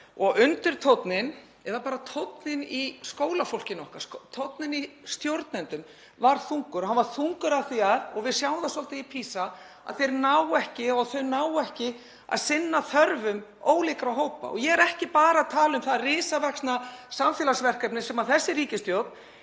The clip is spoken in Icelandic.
breyst verulega og tónninn í skólafólkinu okkar, tónninn í stjórnendum var þungur. Hann var þungur af því að, og við sjáum það svolítið í PISA, að þau ná ekki að sinna þörfum ólíkra hópa. Og ég er ekki bara að tala um það risavaxna samfélagsverkefni sem þessi ríkisstjórn